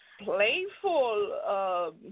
playful